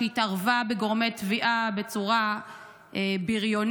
שהתערבה בגורמי תביעה בצורה בריונית,